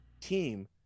team